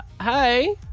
hey